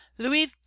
louis